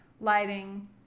lighting